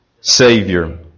Savior